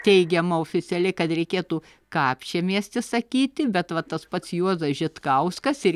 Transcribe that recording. teigiama oficialiai kad reikėtų kapčiamiestis sakyti bet va tas pats juozas žitkauskas ir